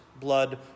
blood